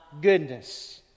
goodness